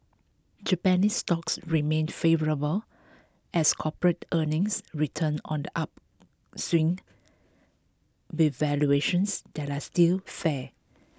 Japanese stocks remain favourable as corporate earnings return on the upswing with valuations that are still fair